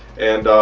and